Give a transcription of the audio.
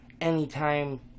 anytime